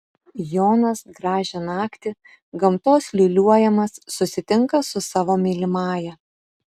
jonas gražią naktį gamtos liūliuojamas susitinka su savo mylimąja